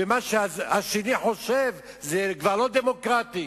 ומה שהשני חושב זה כבר לא דמוקרטי.